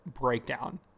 breakdown